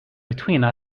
between